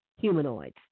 humanoids